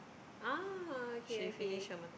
oh okay okay